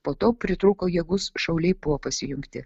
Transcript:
po to pritrūko jėgų šauliai buvo pasijungti